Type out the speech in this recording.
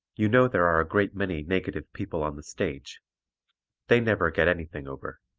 you know there are a great many negative people on the stage they never get anything over.